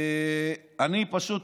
אני פשוט